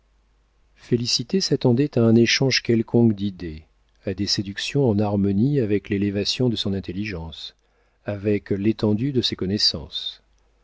félicité s'attendait à un échange quelconque d'idées à des séductions en harmonie avec l'élévation de son intelligence avec l'étendue de ses connaissances